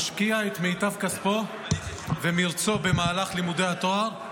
משקיע את מיטב כספו ומרצו במהלך לימודי התואר,